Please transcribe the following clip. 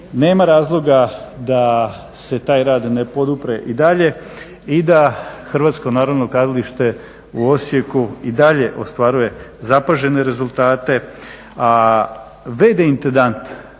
nema razloga da se taj rad ne podupre i dalje i da HNK i dalje u Osijeku i dalje ostvaruje zapažene rezultate